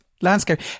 landscape